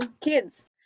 kids